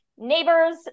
neighbors